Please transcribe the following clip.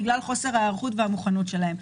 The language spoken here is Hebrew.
בגלל חוסר ההיערכות והמוכנות שלהם.